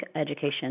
education